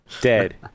Dead